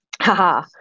haha